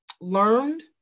learned